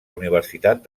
universitat